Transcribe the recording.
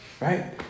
Right